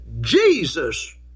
Jesus